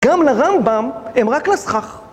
גם לרמב'ם, הם רק לסכך.